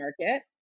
market